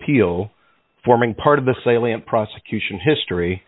appeal forming part of the salient prosecution history